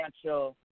financial